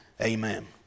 amen